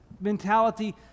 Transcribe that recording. mentality